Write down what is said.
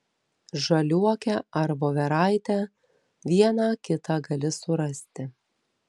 žaliuokę ar voveraitę vieną kitą gali surasti